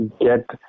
get